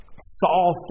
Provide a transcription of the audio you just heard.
Saul